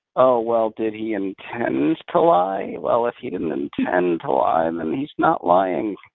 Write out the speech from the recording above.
oh, well did he and intend to lie? well, if he didn't intend to lie and then he's not lying,